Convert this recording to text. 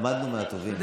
אוקיי.